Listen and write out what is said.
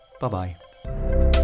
Bye-bye